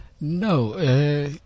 No